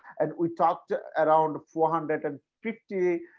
and we talked around four hundred and fifty